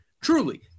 Truly